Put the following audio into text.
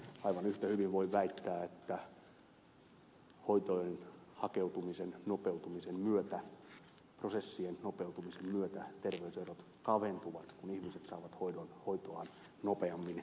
aivan yhtä hyvin voin väittää että hoitoon hakeutumisen nopeutumisen myötä prosessien nopeutumisen myötä terveyserot kaventuvat kun ihmiset saavat kuitua kuitua nopeammin